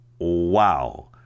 Wow